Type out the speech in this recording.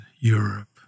Europe